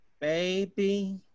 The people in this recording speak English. Baby